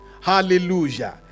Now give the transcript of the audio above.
Hallelujah